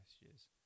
messages